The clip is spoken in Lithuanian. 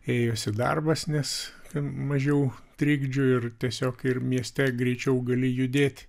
ėjosi darbas nes mažiau trikdžių ir tiesiog ir mieste greičiau gali judėti